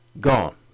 gone